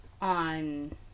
On